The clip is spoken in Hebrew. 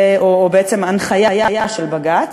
או בעצם הנחיה של בג"ץ.